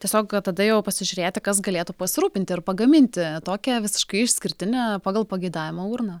tiesiog tada jau pasižiūrėti kas galėtų pasirūpinti ir pagaminti tokią visiškai išskirtinę pagal pageidavimą urną